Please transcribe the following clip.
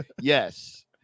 Yes